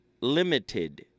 limited